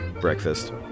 breakfast